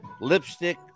lipstick